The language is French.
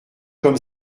comme